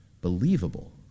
believable